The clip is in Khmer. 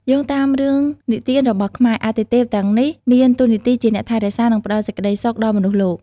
យោងតាមរឿងនិទានរបស់ខ្មែរ អាទិទេពទាំងនេះមានតួនាទីជាអ្នកថែរក្សា និងផ្តល់សេចក្តីសុខដល់មនុស្សលោក។